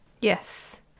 Yes